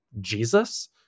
Jesus